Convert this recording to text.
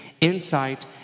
insight